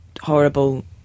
horrible